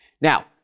Now